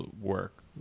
work